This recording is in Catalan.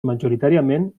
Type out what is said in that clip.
majoritàriament